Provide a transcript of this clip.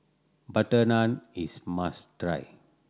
butter naan is must try